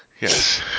Yes